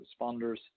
responders